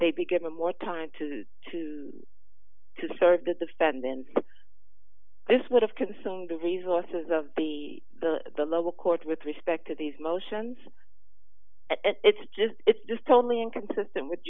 they be given more time to to to serve the defendant this would have consumed the visualises of the the the local court with respect to these motions and it's just it's just totally inconsistent w